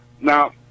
Now